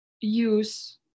use